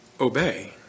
obey